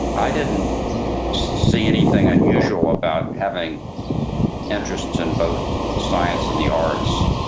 i didn't see anything unusual about having interests in both science and the arts.